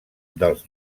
dels